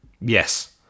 Yes